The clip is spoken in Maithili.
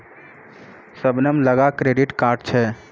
शबनम लगां क्रेडिट कार्ड छै